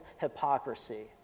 hypocrisy